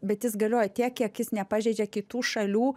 bet jis galioja tiek kiek jis nepažeidžia kitų šalių